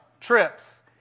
trips